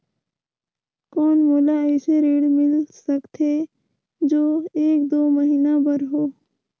कौन मोला अइसे ऋण मिल सकथे जो एक दो महीना बर हो?